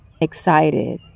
excited